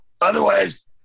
otherwise